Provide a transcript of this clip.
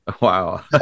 wow